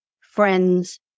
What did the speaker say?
friends